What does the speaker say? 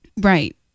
Right